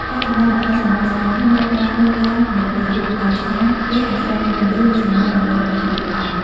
ការសម្តែងល្ខោនស្រមោលស្បែកធំត្រូវបានធ្វើឡើងនៅពេលយប់ ដោយសារវាអាស្រ័យលើពន្លឺ និងស្រមោលដើម្បីបង្ហាញតួអង្គ។